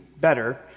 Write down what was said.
better